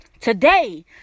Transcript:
today